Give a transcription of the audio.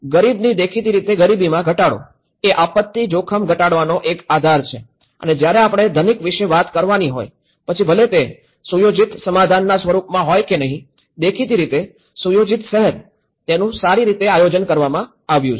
ગરીબની દેખીતી રીતે ગરીબીમાં ઘટાડો એ આપત્તિ જોખમ ઘટાડવાનો એક આધાર છે અને જ્યારે આપણે ધનિક વિશે વાત કરવાની હોય પછી ભલે તે સુયોજિત સમાધાનના સ્વરૂપમાં હોય કે નહીં દેખીતી રીતે સુયોજિત શહેર તેનું સારી રીતે આયોજન કરવામાં આવ્યું છે